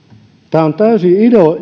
tämä on täysin